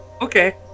Okay